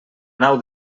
nau